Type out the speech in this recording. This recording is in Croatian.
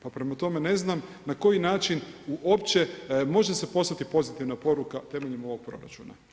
Pa prema tome, ne znam na koji način uopće može se poslati pozitivna poruka temeljem ovog proračuna.